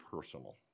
personal